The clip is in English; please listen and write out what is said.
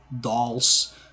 dolls